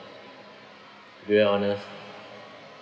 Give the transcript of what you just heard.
to be honest